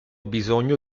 bisogno